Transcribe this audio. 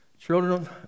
Children